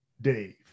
Dave